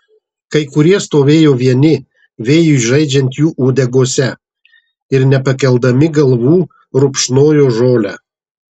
kai kurie stovėjo vieni vėjui žaidžiant jų uodegose ir nepakeldami galvų rupšnojo žolę